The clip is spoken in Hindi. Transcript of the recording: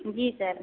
जी सर